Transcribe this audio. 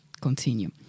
continue